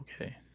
okay